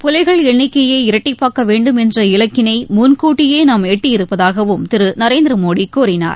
புலிகள் எண்ணிக்கையை இரட்டிப்பாக்க வேண்டும் என்ற இலக்கினை முன்கூட்டியே நாம் எட்டியிருப்பதாகவும் திரு நரேந்திர மோடி கூறினார்